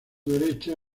derecha